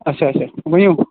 اچھا اچھا ؤنِو